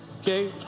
Okay